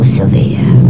severe